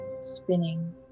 spinning